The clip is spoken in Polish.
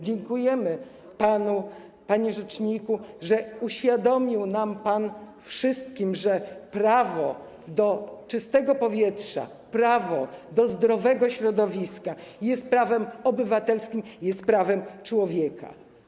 Dziękujemy panu, panie rzeczniku, że uświadomił pan nam wszystkim, że prawo do czystego powietrza, prawo do zdrowego środowiska jest prawem obywatelskim, jest prawem człowieka.